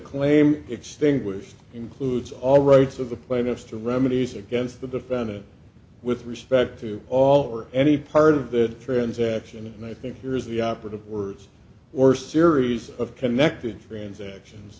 claim extinguished includes all rights of the plaintiffs to remedies against the defendant with respect to all or any part of the transaction and i think here is the operative words or series of connected transactions